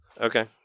Okay